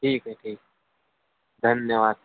ठीक है ठीक धन्यवाद सर